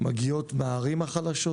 מגיעות מהערים החלשות